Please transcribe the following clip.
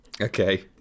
Okay